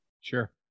Sure